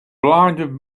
blinded